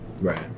Right